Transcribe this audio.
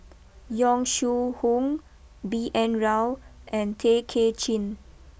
Yong Shu Hoong B N Rao and Tay Kay Chin